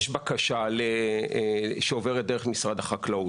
יש בקשה שעוברת דרך משרד החקלאות,